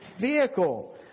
vehicle